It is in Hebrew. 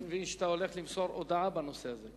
אני מבין שעכשיו אתה הולך למסור הודעה בנושא הזה.